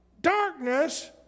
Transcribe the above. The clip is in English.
darkness